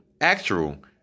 actual